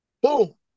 Boom